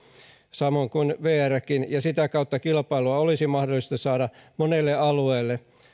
samoin kuin vrkin ja sitä kautta kilpailua olisi mahdollista saada monelle alueelle